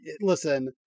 listen